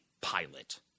pilot